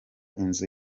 inzu